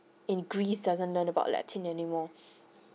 in greece doesn't learn about letting anymore